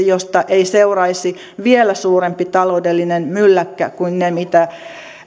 josta ei seuraisi vielä suurempi taloudellinen mylläkkä kuin ne mitä